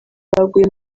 baguye